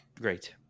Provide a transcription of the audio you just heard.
great